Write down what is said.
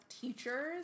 teachers